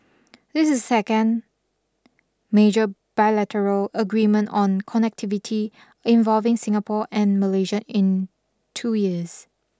this is second major bilateral agreement on connectivity involving Singapore and Malaysia in two years